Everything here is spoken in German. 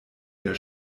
der